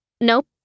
Nope